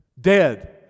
Dead